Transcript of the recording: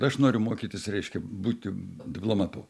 aš noriu mokytis reiškia būti diplomatu